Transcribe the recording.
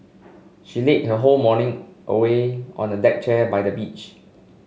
she lazed her whole morning away on the deck chair by the beach